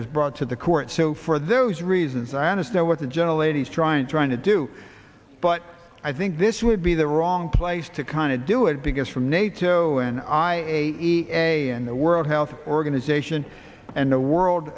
was brought to the court so for those reasons i understand what the general lady's trying trying to do but i think this would be the wrong place to kind of do it because from nato and i a e a and the world health organization and the world